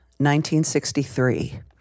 1963